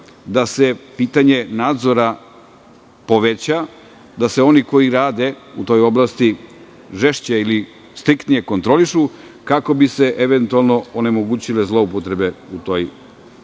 da se pitanje nadzora poveća, da se oni koji rade u toj oblasti žešće ili striktnije kontrolišu, kako bi se eventualno onemogućile zloupotrebe u toj oblasti. Dobro